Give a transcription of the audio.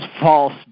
false